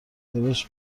دلش